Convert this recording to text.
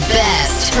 best